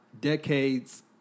decades